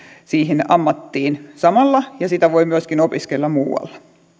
siihen ammattiin ja sitä voi myöskin opiskella muualla